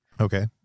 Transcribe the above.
okay